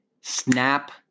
Snap